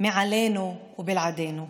מעלינו ובלעדינו,